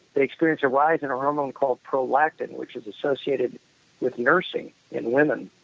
they experience a rise in a hormone called prolactin, which is associated with nursing in women.